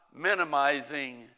minimizing